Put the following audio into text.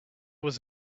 was